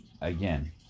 Again